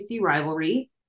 rivalry